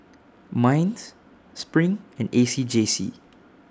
Minds SPRING and A C J C